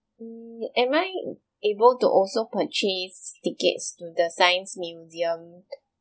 mm am I able to also purchase tickets to the science museum